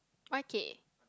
why K